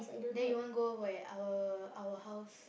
then you want go where our our house